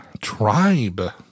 Tribe